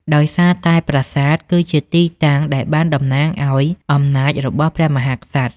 ដោយសារតែប្រាសាទ គឺជាទីតាំងដែលបានតំណាងឲ្យអំណាចរបស់ព្រះមហាក្សត្រ។